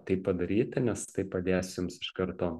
tai padaryti nes tai padės jums iš karto